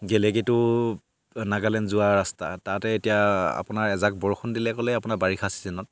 গেলেকীতো নাগালেণ্ড যোৱা ৰাস্তা তাতে এতিয়া আপোনাৰ এজাক বৰষুণ দিলে ক'লে আপোনাৰ বাৰিষা চিজনত